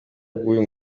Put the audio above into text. bw’uyu